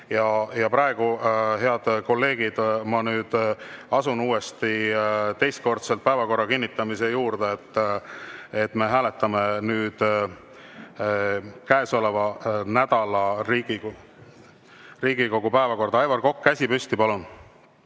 Praegu, head kolleegid, ma asun teist korda päevakorra kinnitamise juurde. Me hääletame nüüd käesoleva nädala Riigikogu päevakorda. Aivar Kokk, käsi püsti. Palun!